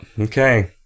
Okay